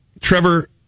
Trevor